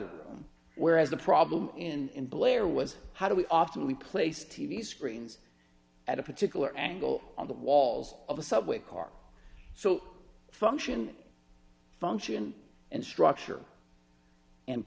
that whereas the problem in blair was how do we often we place t v screens at a particular angle on the walls of a subway car so function function and structure and